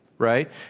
Right